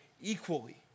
Equally